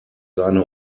seine